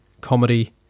comedy